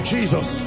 Jesus